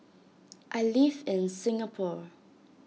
I live in Singapore